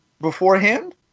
beforehand